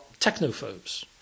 technophobes